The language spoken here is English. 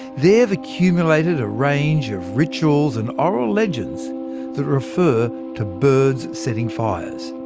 they've accumulated a range of rituals and oral legends that refer to birds setting fires.